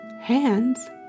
hands